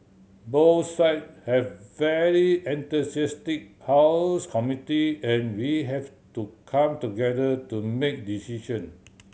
both side have very enthusiastic house committee and we had to come together to make decision